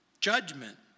judgment